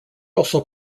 also